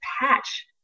patch